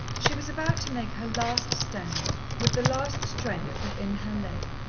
she was about to make her last stand, with the last strength that in her lay.